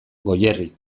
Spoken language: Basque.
goierri